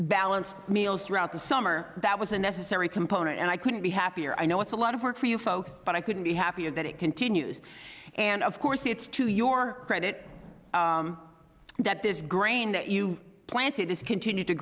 balanced meals throughout the summer that was a necessary component and i couldn't be happier i know it's a lot of work for you folks but i couldn't be happier that it continues and of course it's to your credit that this grain that you planted this continued to